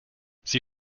sie